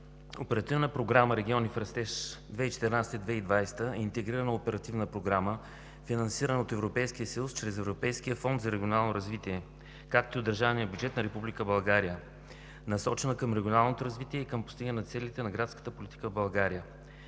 Оперативна програма „Региони в растеж 2014 – 2020 г.“ е интегрирана оперативна програма, финансирана от Европейския съюз чрез Европейския фонд за регионално развитие, както и от държавния бюджет на Република България. Насочена е към регионалното развитие и към постигане на целите на градската политика в България.